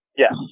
Yes